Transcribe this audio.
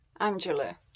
Angela